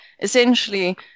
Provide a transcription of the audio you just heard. essentially